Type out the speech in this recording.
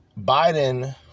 Biden